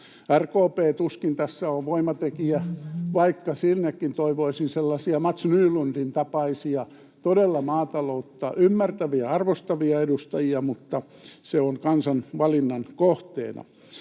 RKP tuskin tässä on voimatekijä, vaikka sinnekin toivoisin sellaisia Mats Nylundin tapaisia todella maataloutta ymmärtäviä, arvostavia edustajia, mutta se on kansan valinnan kohteena.